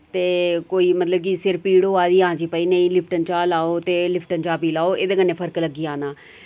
ते कोई मतलब कि सिर पीड़ होआ दी हां जी भाई नेईं लिप्टन चाह् लाओ ते लिप्टन चा पी लाओ एह्दे कन्नै फर्क लग्गी जाना